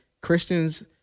Christians